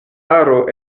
haro